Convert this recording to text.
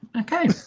Okay